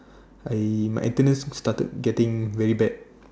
I my attendance started getting very bad